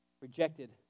rejected